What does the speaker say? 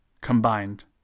combined